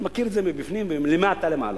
אני מכיר את זה מבפנים, מלמטה למעלה.